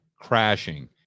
crashing